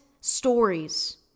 stories